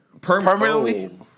Permanently